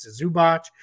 Zubac